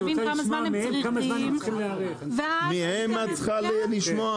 להבין כמה זמן הם צריכים להיערך מהם את צריכה לשמוע?